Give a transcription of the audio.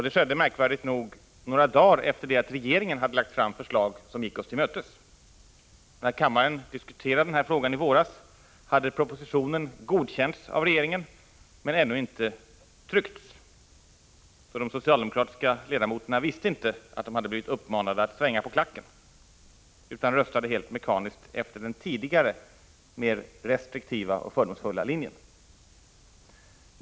Det skedde märkvärdigt nog några dagar efter det att regeringen hade lagt fram förslag som gick oss till mötes. När kammaren diskuterade den frågan i våras hade propositionen godkänts av regeringen men ännu inte tryckts, så de socialdemokratiska ledamöterna visste inte att de hade blivit uppmanade att svänga på klacken — utan de röstade helt mekaniskt efter den tidigare mer restriktiva och fördomsfulla linjen.